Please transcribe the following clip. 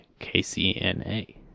KCNA